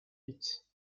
its